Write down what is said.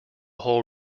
whole